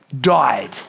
died